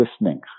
listening